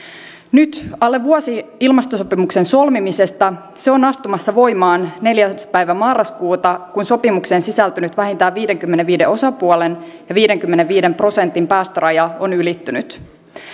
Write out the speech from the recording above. nyt alle vuosi ilmastosopimuksen solmimisesta se on astumassa voimaan neljäs marraskuuta kun sopimukseen sisältynyt vähintään viidenkymmenenviiden osapuolen raja ja viidenkymmenenviiden prosentin päästöraja on ylittynyt